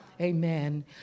Amen